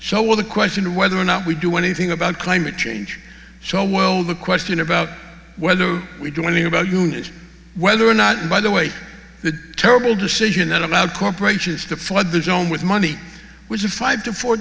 will the question of whether or not we do anything about climate change so well the question about whether we do anything about noonish whether or not by the way the terrible decision that allowed corporations to flood the zone with money was a five to four